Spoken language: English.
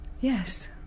Yes